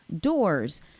doors